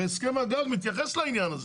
הרי הסכם הגג מתייחס לעניין הזה.